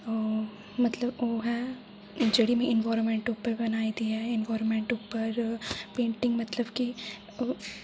मतलब ओह् हे जेह्ड़ी में एन्वायरमेंट उप्पर बनाई दी ऐ एन्वायरमेंट उप्पर पेंटिंग मतलब की